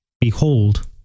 Behold